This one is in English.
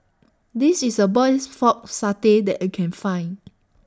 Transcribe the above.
This IS A Best Pork Satay that I Can Find